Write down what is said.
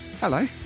Hello